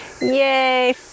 Yay